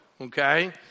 okay